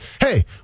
hey